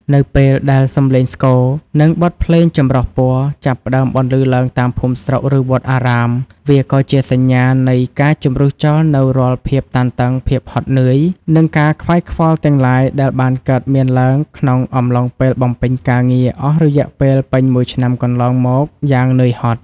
នៅពេលដែលសម្លេងស្គរ និងបទភ្លេងចម្រុះពណ៌ចាប់ផ្តើមបន្លឺឡើងតាមភូមិស្រុក ឬវត្តអារាម វាក៏ជាសញ្ញានៃការជម្រុះចោលនូវរាល់ភាពតានតឹង ភាពហត់នឿយ និងការខ្វាយខ្វល់ទាំងឡាយដែលបានកើតមានឡើងក្នុងអំឡុងពេលបំពេញការងារអស់រយៈពេលពេញមួយឆ្នាំកន្លងមកយ៉ាងនឿយហត់។